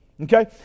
Okay